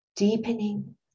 Deepening